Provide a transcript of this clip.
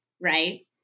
Right